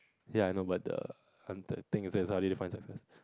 ya I know but the the thing says how do you define success